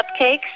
cupcakes